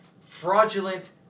fraudulent